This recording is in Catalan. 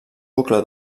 bucle